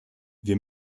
wir